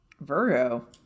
Virgo